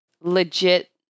legit